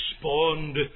spawned